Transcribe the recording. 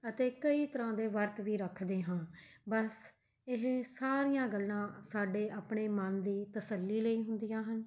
ਅਤੇ ਕਈ ਤਰ੍ਹਾਂ ਦੇ ਵਰਤ ਵੀ ਰੱਖਦੇ ਹਾਂ ਬਸ ਇਹ ਸਾਰੀਆਂ ਗੱਲਾਂ ਸਾਡੇ ਆਪਣੇ ਮਨ ਦੀ ਤਸੱਲੀ ਲਈ ਹੁੰਦੀਆਂ ਹਨ